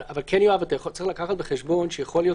אבל צריך לקחת בחשבון שיכולה להיות